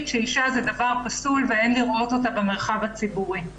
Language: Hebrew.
שאישה זה דבר פסול ואין לראות אותה במרחב הציבורי.